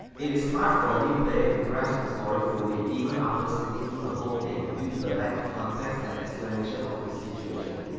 it is hard for a new player to grasp the story fully even after sitting through the whole thing due to the lack of context and explanation of the situation.